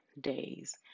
days